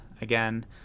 Again